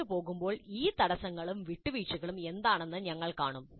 മുന്നോട്ട് പോകുമ്പോൾ ഈ തടസ്സങ്ങളും വിട്ടുവീഴ്ചകളും എന്താണെന്ന് ഞങ്ങൾ കാണും